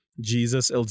Jesus